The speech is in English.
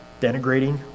denigrating